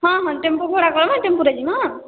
ହଁ ହଁ ଟେମ୍ପୋ ଭଡ଼ା କରମା ଟେମ୍ପୋରେ ଯିମା ହଁ